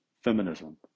Feminism